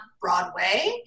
Broadway